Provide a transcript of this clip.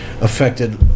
affected